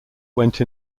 went